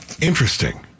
Interesting